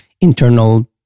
internal